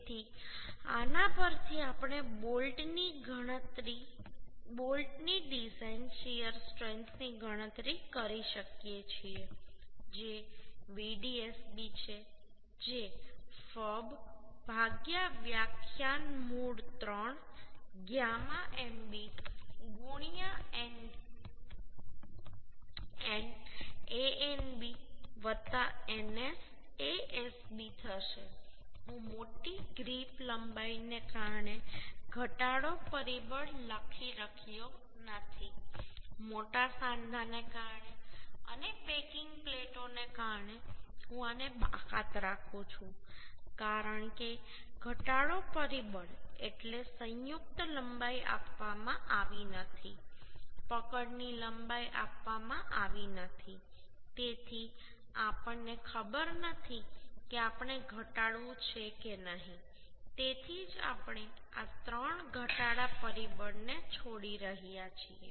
તેથી આના પરથી આપણે બોલ્ટની ડિઝાઇન શીયર સ્ટ્રેન્થની ગણતરી કરી શકીએ છીએ જે Vdsb છે જે fub વ્યાખ્યાનમૂળ 3 γ mb nn Anb ns Asb થશે હું મોટી ગ્રીપ લંબાઈને કારણે ઘટાડો પરિબળ લખી રહ્યો નથી મોટા સાંધાને કારણે અને પેકિંગ પ્લેટોને કારણે હું આને બાકાત રાખું છું કારણ કે ઘટાડો પરિબળ એટલે સંયુક્ત લંબાઈ આપવામાં આવી નથી પકડની લંબાઈ આપવામાં આવી નથી તેથી આપણને ખબર નથી કે આપણે ઘટાડવું છે કે નહીં તેથી જ આપણે આ ત્રણ ઘટાડા પરિબળો ને છોડી રહ્યા છીએ